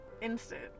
Instant